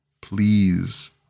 Please